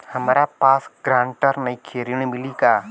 हमरा पास ग्रांटर नईखे ऋण मिली का?